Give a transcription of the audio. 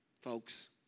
folks